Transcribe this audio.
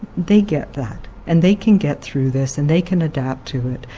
they get that. and they can get through this. and they can adapt to it.